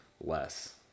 less